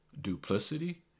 duplicity